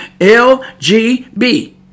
L-G-B